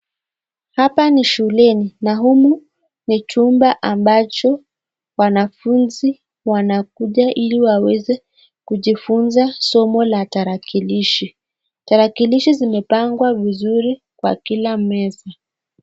Hapa ni shuleni na humu ni chumba ambacho wanafunzi wanakuja ili wajifunze somo la tarakilishi. Tarakilishi zimepangwa vizuri kwa kila meza.